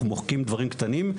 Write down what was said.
אנחנו מוחקים דברים קטנים,